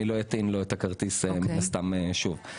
אני לא אטעין להם את הכרטיס מן הסתם שוב.